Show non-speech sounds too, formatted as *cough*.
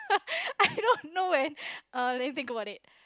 *laughs* I don't know man let me think about it